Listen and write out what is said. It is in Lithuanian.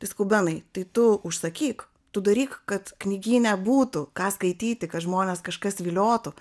tai sakau benai tai tu užsakyk tu daryk kad knygyne būtų ką skaityti kad žmones kažkas viliotų